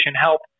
help